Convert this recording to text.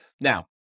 Now